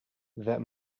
that